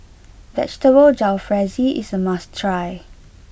Vegetable Jalfrezi is a must try